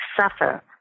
suffer